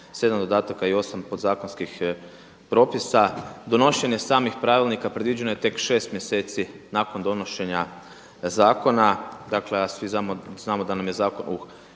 7. dodataka i 8 podzakonskih propisa. Donošenje samih pravilnika predviđeno je tek 6 mjeseci nakon donošenja zakona, dakle a svi znamo da nam je zakon